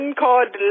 called